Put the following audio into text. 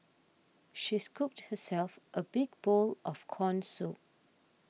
she scooped herself a big bowl of Corn Soup